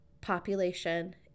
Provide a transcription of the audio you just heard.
population